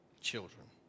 children